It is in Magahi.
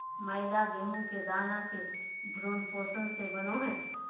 मैदा गेहूं के दाना के भ्रूणपोष से बनो हइ